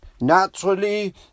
Naturally